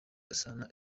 gasana